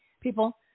people